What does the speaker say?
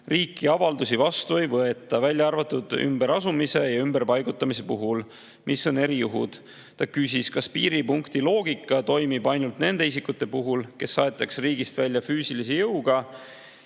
riiki avaldusi vastu ei võeta, välja arvatud ümberasumise ja ümberpaigutamise puhul, mis on erijuhud. Ta küsis, kas piiripunkti loogika toimib ainult nende isikute puhul, kes saadetakse riigist välja füüsilise jõuga,